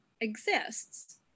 exists